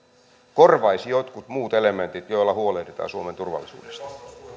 korvaisi jotkut muut elementit joilla huolehditaan suomen turvallisuudesta